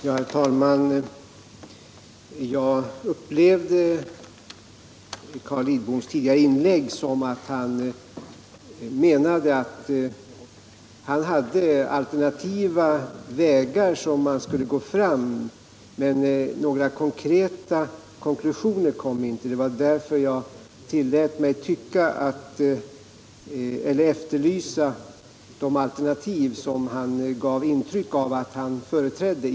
Herr talman! Jag uppfattade Carl Lidboms tidigare inlägg så, att han menade att han hade alternativa vägar som man skulle kuana gå fram, men några konkreta konklusioner kom inte. Det var därför jag tillät mig efterlysa de alternativ som han gav intryck av att han företrädde.